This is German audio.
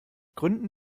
gründen